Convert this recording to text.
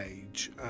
age